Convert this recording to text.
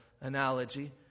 analogy